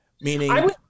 meaning